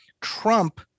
Trump